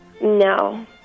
No